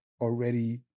already